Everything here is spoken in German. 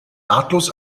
nahtlos